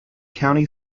county